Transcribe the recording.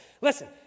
Listen